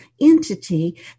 entity